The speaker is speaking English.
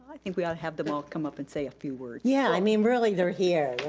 i think we oughta have them all come up and say a few words. yeah, i mean really, they're here.